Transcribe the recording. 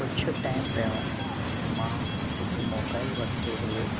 कुझु टाइम पहिरों मां हिकु मोबाइल वरितो हुओ